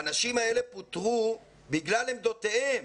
האנשים האלה פוטרו בגלל עמדותיהם,